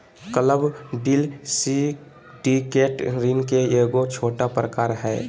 club deal syndicate ऋण के एगो छोटा प्रकार हय